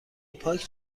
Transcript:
پاک